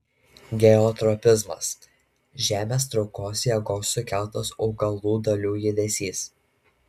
geotropizmas žemės traukos jėgos sukeltas augalų dalių judesys